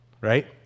right